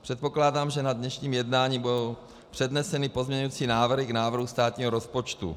Předpokládám, že na dnešním jednání budou předneseny pozměňovací návrhy k návrhu státního rozpočtu.